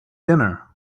dinner